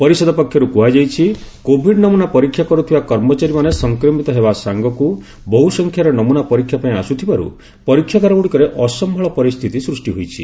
ପରିଷଦ ପକ୍ଷରୁ କୁହାଯାଇଛି କୋଭିଡ ନମୁନା ପରୀକ୍ଷା କରୁଥିବା କର୍ମଚାରୀମାନେ ସଂକ୍ରମିତ ହେବା ସାଙ୍ଗକୁ ବହୁସଂଖ୍ୟାରେ ନମୁନା ପରୀକ୍ଷା ପାଇଁ ଆସୁଥିବାରୁ ପରୀକ୍ଷାଗାରଗୁଡିକରେ ଅସମ୍ଭାଳ ପରିସ୍ଥିତି ସୃଷ୍ଟି ହୋଇଛି